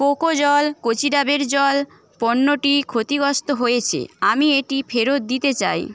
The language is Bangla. কোকো জল কচি ডাবের জল পণ্যটি ক্ষতিগস্থ হয়েছে আমি এটি ফেরত দিতে চাই